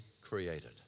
created